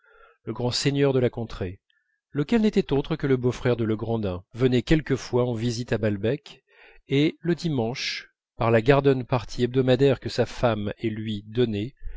le grand seigneur de la contrée lequel n'était autre que le beau-frère de legrandin qui venait quelquefois en visite à balbec et le dimanche par la garden party hebdomadaire que sa femme et lui donnaient